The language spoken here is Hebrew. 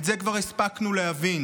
את זה כבר הספקנו להבין.